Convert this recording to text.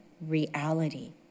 reality